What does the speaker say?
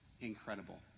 incredible